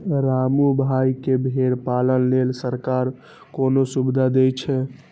रामू भाइ, की भेड़ पालन लेल सरकार कोनो सुविधा दै छै?